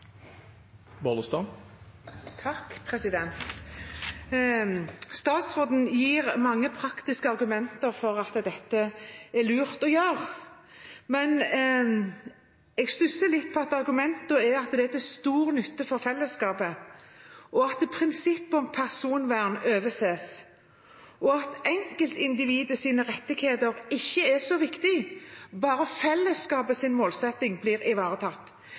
lurt å gjøre dette, men jeg stusser over argumentene for at det er til stor nytte for fellesskapet at prinsippet om personvern overses, og at enkeltindividets rettigheter ikke er så viktig bare fellesskapets målsetting blir ivaretatt.